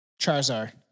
Charizard